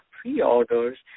pre-orders